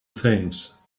things